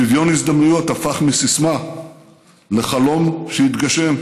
שוויון הזדמנויות הפך מסיסמה לחלום שהתגשם.